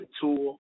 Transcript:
tool